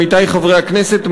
עמיתי חברי הכנסת,